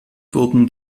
wurden